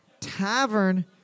Tavern